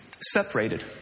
separated